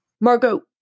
Margot